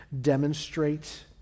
demonstrate